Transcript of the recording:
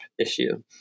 issue